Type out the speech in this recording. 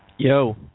Yo